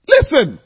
Listen